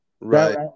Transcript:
Right